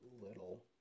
little